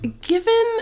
Given